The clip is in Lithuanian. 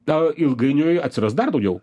na ilgainiui atsiras dar daugiau